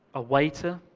a waiter,